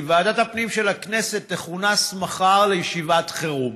כי ועדת הפנים של הכנסת תכונס מחר לישיבת חירום.